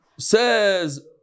says